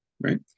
right